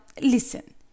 listen